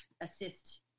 assist